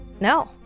No